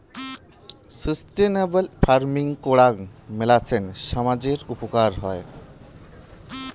sustainable farming করাং মেলাছেন সামজের উপকার হই